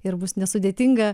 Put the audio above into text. ir bus nesudėtinga